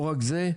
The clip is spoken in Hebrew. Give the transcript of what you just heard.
לא רק זה,